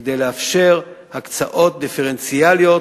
כדי לאפשר הקצאות דיפרנציאליות